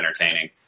entertaining